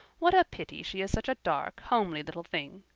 what a pity she is such a dark, homely little thing.